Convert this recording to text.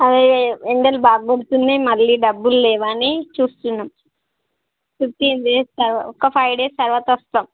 అది ఎండలు బాగా కొడుతున్నయి మళ్ళీ డబ్బులు లేవని చూస్తున్నం ఫిఫ్టీన్ డేస్ తర్వా ఒక ఫైవ్ డేస్ తర్వాత వస్తాం